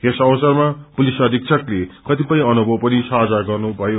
यस अवसरमा पुलिस अधीक्षकले कतिपय अनुभव पनि साझा गर्नुभयो